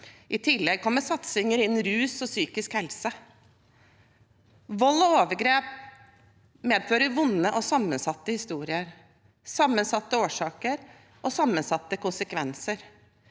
I tillegg kommer satsinger innen rus og psykisk helse. Vold og overgrep medfører vonde og sammensatte historier, sammensatte årsaker og sammensatte